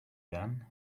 then